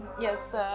yes